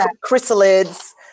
Chrysalids